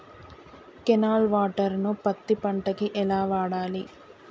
Canal water ను పత్తి పంట కి ఎలా వాడాలి?